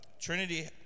Trinity